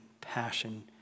passion